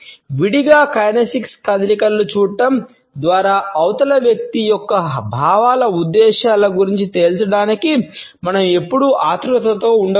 విడిగా కైనెసిక్స్ కదలికలను చూడటం ద్వారా అవతలి వ్యక్తి యొక్క భావాల ఉద్దేశ్యాల గురించి తేల్చడానికి మనం ఎప్పుడూ ఆతురుతలో ఉండకూడదు